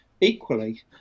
equally